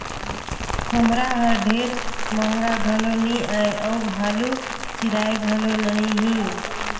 खोम्हरा हर ढेर महगा घलो नी आए अउ हालु चिराए घलो नही